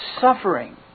suffering